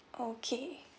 okay